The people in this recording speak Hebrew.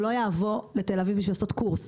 הוא לא יבוא לתל אביב בשביל לעשות קורס,